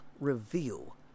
reveal